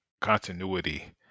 continuity